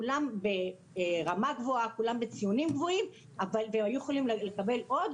כולן ברמה גבוהה וכולן בציונים גבוהים והם היו יכולים לקבל עוד,